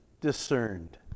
discerned